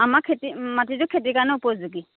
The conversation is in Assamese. আমাৰ খেতি মাটিটো খেতিৰ কাৰণে উপযোগী